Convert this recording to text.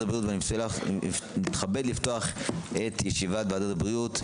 הבריאות ואני מתכבד לפתוח את ישיבת ועדת הבריאות,